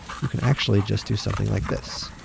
you can actually just do something like this.